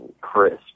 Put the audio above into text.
crisp